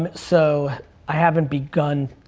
um so i haven't begun,